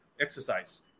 exercise